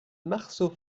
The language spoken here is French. marceau